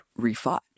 refought